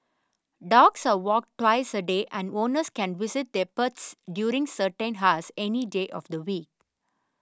dogs are walk twice a day and owners can visit their pets during certain hours any day of the week